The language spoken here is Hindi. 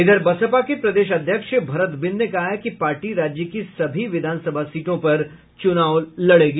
उधर बसपा के प्रदेश अध्यक्ष भरत बिंद ने कहा है कि पार्टी राज्य की सभी विधानसभा सीटों पर चुनाव लड़ेगी